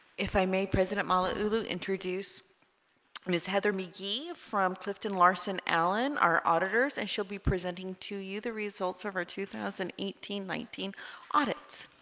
if i'm a president mallalieu introduced and is heather mcgee from clifton larson alan our auditors and she'll be presenting to you the results of her two thousand and eighteen nineteen audit